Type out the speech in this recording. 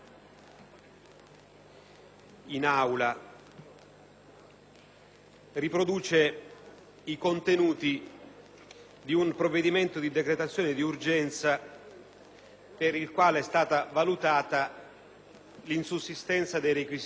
in esame riproduce i contenuti di un provvedimento di decretazione d'urgenza per il quale è stata valutata l'insussistenza dei requisiti